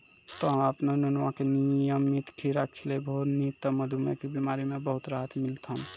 तोहॅ आपनो नुनुआ का नियमित खीरा खिलैभो नी त मधुमेह के बिमारी म बहुत राहत मिलथौं